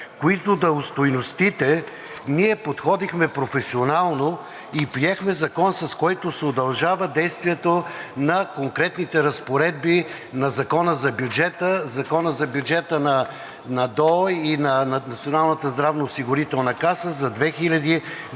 които да остойностите, ние подходихме професионално и приехме закон, с който се удължава действието на конкретните разпоредби на Закона за бюджета, Закона за бюджета на ДОО и на Националната здравноосигурителна каса за 2021